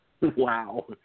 Wow